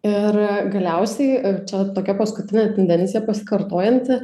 ir galiausiai čia tokia paskutinė tendencija pasikartojanti